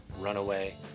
Runaway